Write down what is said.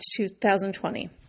2020